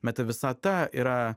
meta visata yra